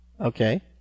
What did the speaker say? Okay